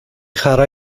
χαρά